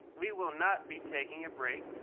we will not be taking a break